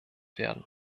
werden